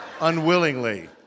unwillingly